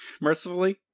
Mercifully